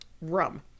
rum